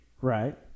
Right